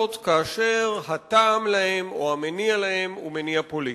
כאשר הטעם להן או המניע להן הוא מניע פוליטי.